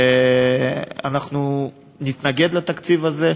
ואנחנו נתנגד לתקציב הזה.